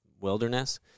wilderness